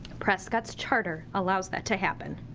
prescott's charter allows that to happen.